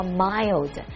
mild